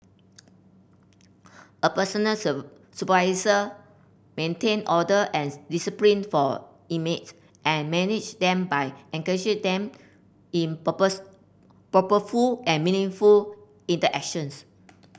a personal supervisor maintain order and discipline for inmates and manage them by engaging them in purpose purposeful and meaningful interactions